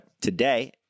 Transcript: today